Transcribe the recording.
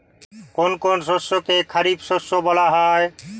কোন কোন শস্যকে খারিফ শস্য বলা হয়?